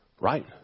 right